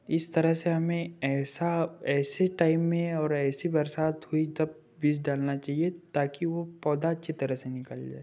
इस तरह से हमें ऐसा ऐसे टाइम में और ऐसी बरसात हुई तब बीज डालना चाहिए ताकि वो पौधा अच्छी तरह से निकल जाए